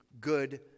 good